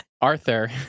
Arthur